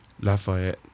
Lafayette